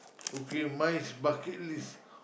okay my is bucket list